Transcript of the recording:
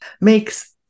makes